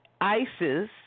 ISIS